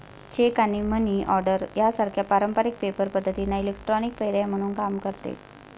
check आणि money order सारख्या पारंपारिक पेपर पद्धतींना इलेक्ट्रॉनिक पर्याय म्हणून काम करते